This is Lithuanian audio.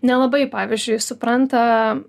nelabai pavyzdžiui supranta